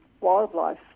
wildlife